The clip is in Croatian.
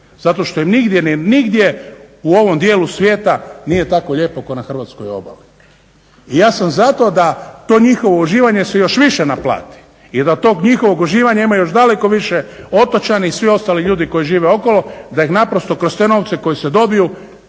zato što im nigdje u ovom dijelu svijeta nije tako lijepo kao na hrvatskoj obali, i ja sam za to da to njihovo uživanje se još više naplati i da od tog njihovog uživanja ima još daleko više otočani i svi ostali ljudi koji žive okolo, da ih naprosto kroz te novce koji se dobiju